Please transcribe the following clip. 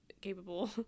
Capable